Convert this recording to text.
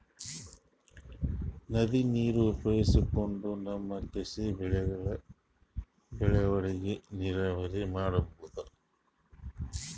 ನದಿ ನೀರ್ ಉಪಯೋಗಿಸ್ಕೊಂಡ್ ನಾವ್ ಕೃಷಿ ಬೆಳೆಗಳ್ ಬೆಳವಣಿಗಿ ನೀರಾವರಿ ಮಾಡ್ಬಹುದ್